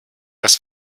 das